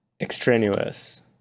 extraneous